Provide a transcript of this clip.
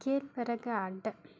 கேழ்வரகு அடை